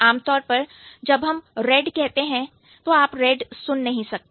आमतौर पर जब हम रेड कहते हैं तो आप रेड सुन नहीं सकते